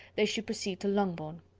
they should proceed to longbourn.